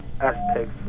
aspects